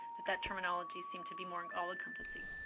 that terminology seemed to be more and all encompassing.